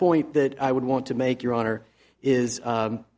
point that i would want to make your honor is